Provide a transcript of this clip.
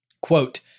Quote